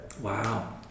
wow